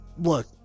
look